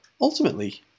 ultimately